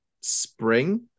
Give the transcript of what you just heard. spring